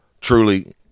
Truly